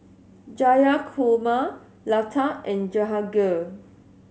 Jayakumar Lata and Jehangirr